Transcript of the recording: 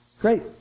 Great